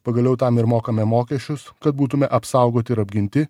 pagaliau tam ir mokame mokesčius kad būtume apsaugoti ir apginti